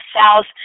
south